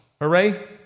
Hooray